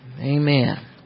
Amen